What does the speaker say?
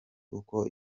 uko